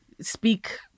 speak